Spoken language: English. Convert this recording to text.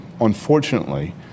unfortunately